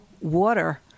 water